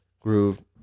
groove